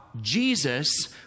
Jesus